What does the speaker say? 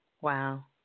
Wow